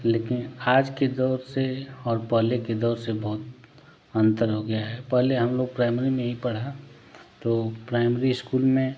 लेकिन आज के दौर से और पहले के दौर से बहुत अंतर हो गया है पहले हम लोग प्राइमरी में ही पढ़ा तो प्राइमरी स्कूल में